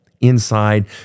inside